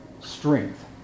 strength